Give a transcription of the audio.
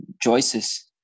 choices